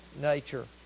nature